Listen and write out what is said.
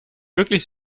wirklich